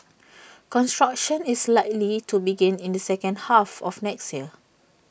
construction is likely to begin in the second half of next year